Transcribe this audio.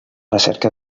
recerca